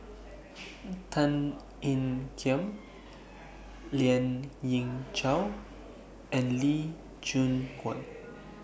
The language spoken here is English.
Tan Ean Kiam Lien Ying Chow and Lee Choon Guan